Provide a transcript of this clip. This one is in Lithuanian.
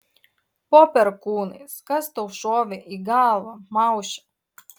po perkūnais kas tau šovė į galvą mauše